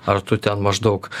ar tu ten maždaug